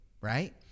right